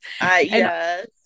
yes